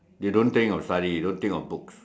you don't think of study you don't think of books